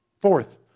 Fourth